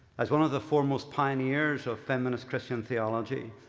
as one of the foremost pioneers of feminist christian theology,